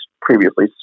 previously